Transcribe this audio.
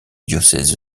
diocèse